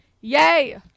Yay